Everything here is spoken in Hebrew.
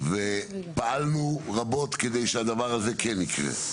ופעלנו רבות כדי שהדבר הזה כן יקרה,